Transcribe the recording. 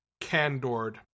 candored